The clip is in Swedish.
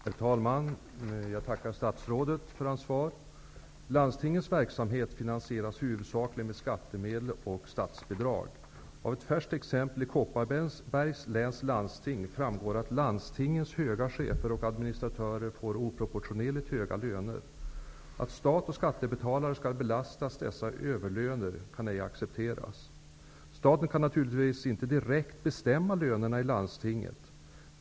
Herr talman! Jag tackar statsrådet för svaret. Landstingens verksamhet finansieras huvudsakligen med skattemedel och statsbidrag. Av ett färskt exempel i Kopparbergs läns landsting framgår att landstingets höga chefer och administratörer får oproportionerligt höga löner. Att stat och skattebetalare skall belastas dessa överlöner kan ej accepteras. Staten kan naturligtvis inte direkt bestämma lönerna i landstinget.